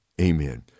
Amen